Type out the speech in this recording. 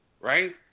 right